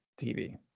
tv